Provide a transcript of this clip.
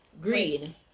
Green